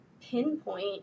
pinpoint